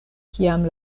kiam